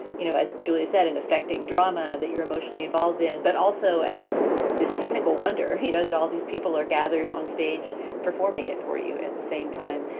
you know as julie said, in effecting drama that you're emotionally involved in. but also, as this technical wonder, you know, that all these people are gathered on stage performing it for you at the same time.